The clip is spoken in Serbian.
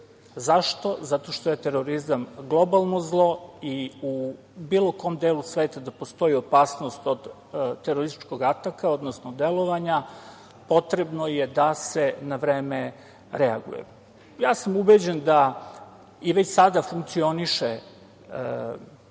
Zašto? Zato što je terorizam globalno zlo i u bilo kom delu sveta da postoji opasnost od terorističkog ataka, odnosno delovanja, potrebno je da se na vreme reaguje. Ubeđen sam da i već sada funkcioniše ta